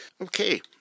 Okay